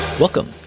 Welcome